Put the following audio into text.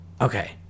okay